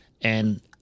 And-